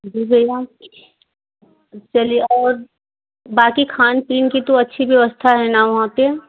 जी मेरा चलिए और बाक़ी खान पीन की तो अच्छी व्यवस्था है ना वहाँ पर